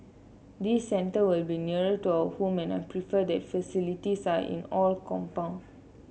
this centre will be nearer to our home and I prefer that the facilities are in all compound